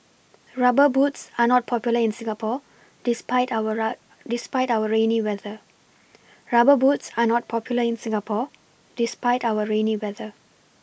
rubber boots are not popular in Singapore despite our rainy rub despite weather rubber boots are not popular in Singapore despite our rainy weather